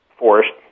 forest